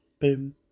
Boom